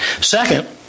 Second